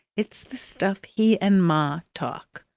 it's the stuff he and ma talk.